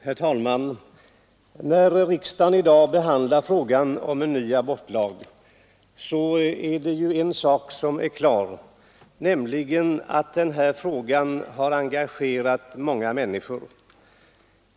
Herr talman! När riksdagen i dag behandlar frågan om ny abortlag, kan man slå fast en sak, nämligen att frågan har engagerat många människor.